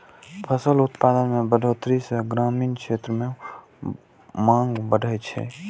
फसल उत्पादन मे बढ़ोतरी सं ग्रामीण क्षेत्र मे मांग बढ़ै छै